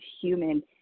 human